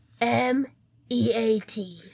M-E-A-T